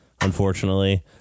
unfortunately